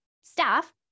staff